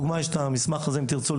אם תרצו,